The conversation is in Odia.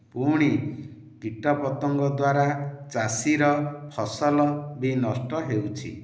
ପୁଣି କୀଟପତଙ୍ଗ ଦ୍ୱାରା ଚାଷୀର ଫସଲ ବି ନଷ୍ଟ ହେଉଛି